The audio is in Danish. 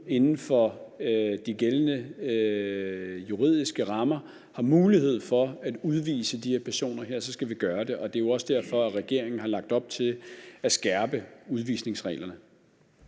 inden for de gældende juridiske rammer har mulighed for at udvise de her personer, skal vi gøre det. Det er jo også derfor, regeringen har lagt op til at skærpe udvisningsreglerne.